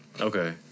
Okay